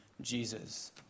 Jesus